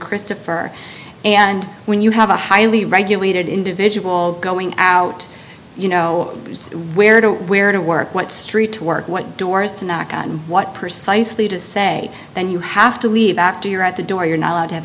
christopher and when you have a highly regulated individual going out you know where to where to work what street to work what doors to knock on what persuasively to say then you have to leave after you're at the door you're not allowed to have